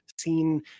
seen